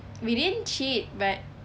we didn't cheat but